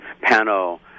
panel